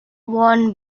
won